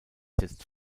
jetzt